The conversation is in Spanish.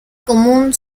común